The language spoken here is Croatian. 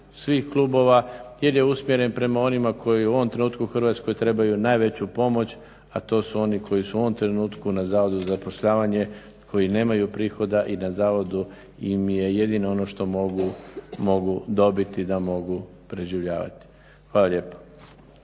svih klubova jer je usmjeren prema onima koji u ovom trenutku u Hrvatskoj trebaju najveću pomoć, a to su oni koji su u ovom trenutku na zavodu za zapošljavanje, koji nemaju prihoda i na zavodu im je jedino ono što mogu dobiti, da mogu preživljavati. Hvala lijepa.